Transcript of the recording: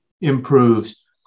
improves